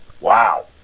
wow